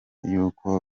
y’uko